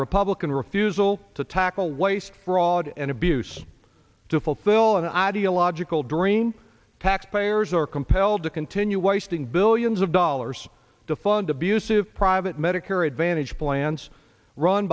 republican refusal to tackle waste fraud and abuse to fulfill an ideological dream taxpayers are compelled to continue wasting billions of dollars to fund abusive private medicare advantage plans run